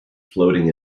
floating